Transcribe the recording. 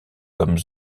comme